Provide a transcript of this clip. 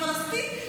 היא פלסטין,